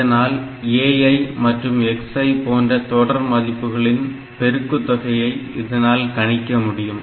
இதனால் ai மற்றும் xi போன்ற தொடர் மதிப்புகளின் பெருக்குத்தொகையை இதனால் கணிக்க முடியும்